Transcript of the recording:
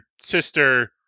sister